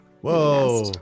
Whoa